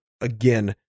again